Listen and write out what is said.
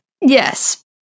Yes